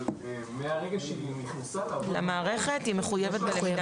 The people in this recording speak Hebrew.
אבל מהרגע שהיא נכנסה למערכת היא מחויבת.